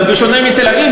אבל בשונה מתל-אביב,